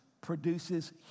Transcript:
produces